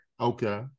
Okay